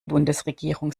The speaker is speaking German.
bundesregierung